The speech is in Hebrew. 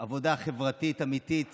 עבודה חברתית אמיתית